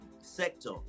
sector